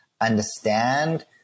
understand